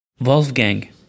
Wolfgang